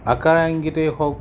আকাৰ ইংগিতেৰেই হওঁক